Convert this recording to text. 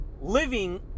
living